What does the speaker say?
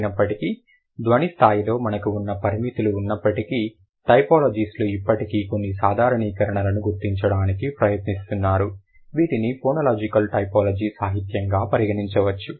అయినప్పటికీ ధ్వని స్థాయిలో మనకు అన్ని పరిమితులు ఉన్నప్పటికీ టైపోలాజిస్ట్ లు ఇప్పటికీ కొన్ని సాధారణీకరణలను గుర్తించడానికి ప్రయత్నిస్తున్నారు వీటిని ఫోనోలాజికల్ టైపోలాజీ సాహిత్యంగా పరిగణించవచ్చు